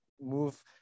move